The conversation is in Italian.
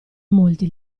molti